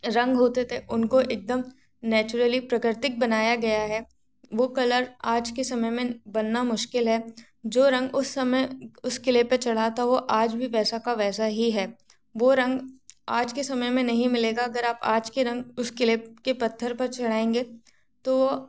रंग होते थे उनको एक दम नेचुरली प्रकृतिक बनाया गया है वो कलर आज के समय में बनना मुश्किल है जो रंग उस समय उस क़िले पर चढ़ा था वो आज भी वैसा का वैसा ही है वो रंग आज के समय मे नहीं मिलेगा अगर आप आज के रंग उस क़िले के पत्थर पर चढ़ाएंगे तो वो